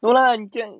go lah